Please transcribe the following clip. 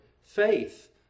Faith